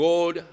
God